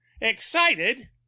excited